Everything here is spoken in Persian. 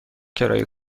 کرایه